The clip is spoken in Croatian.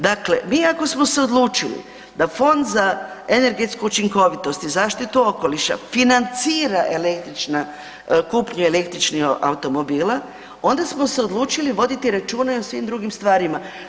Dakle, mi ako smo se odlučili da Fond za energetsku učinkovitost i zaštitu okoliša financira električna, kupnju električnih automobila onda smo se odlučili voditi računa i o svim drugim stvarima.